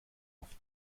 auf